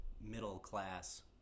middle-class